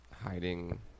hiding